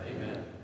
Amen